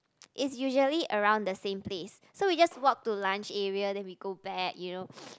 is usually around the same place so we just walk to lunch area then we go back you know